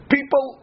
People